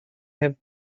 have